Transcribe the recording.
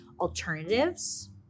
alternatives